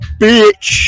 bitch